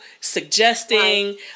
suggesting